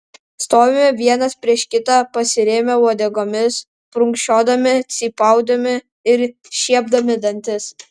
stovime vienas prieš kitą pasirėmę uodegomis prunkščiodami cypaudami ir šiepdami dantis